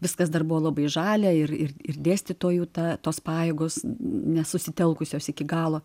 viskas dar buvo labai žalia ir ir ir dėstytojų tą tos pajėgos nesusitelkusios iki galo